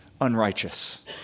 unrighteous